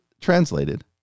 Translated